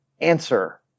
answer